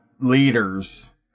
leaders